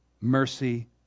mercy